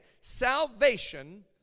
Salvation